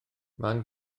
man